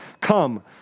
come